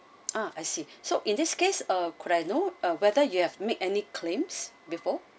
ah I see so in this case uh could I know uh whether you have make any claims before